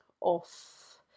off